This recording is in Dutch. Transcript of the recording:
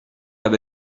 heb